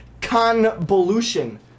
Convolution